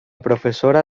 professora